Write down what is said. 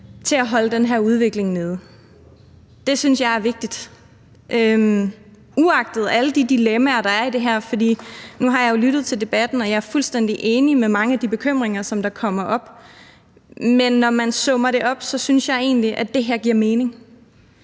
til at holde den her udvikling nede. Det synes jeg er vigtigt, uagtet alle de dilemmaer, der er i det her. Nu har jeg lyttet til debatten, og jeg er fuldstændig enig i mange af de bekymringer, der kommer op, men når man summer det op, synes jeg egentlig, at det her giver mening.